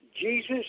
Jesus